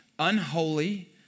unholy